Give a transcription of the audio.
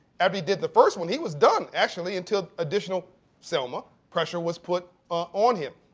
after he did the first one, he was done, actually, until additional selma, pressure was put ah on him.